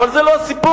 אבל זה לא הסיפור.